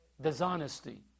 Dishonesty